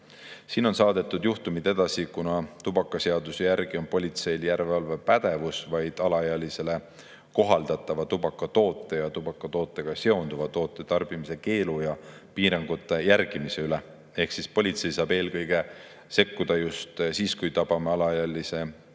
Siis on saadetud juhtumid edasi, kuna tubakaseaduse järgi on politseil järelevalvepädevus vaid alaealisele kohaldatava tubakatoote ja tubakatootega seonduva toote tarbimise keelu ja piirangute järgimise üle. Ehk siis politsei saab eelkõige sekkuda just siis, kui tabatakse alaealine